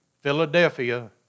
Philadelphia